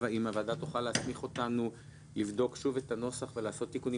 אם הוועדה תוכל להסמיך אותנו לבדוק שוב את הנוסח ולעשות תיקונים